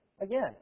again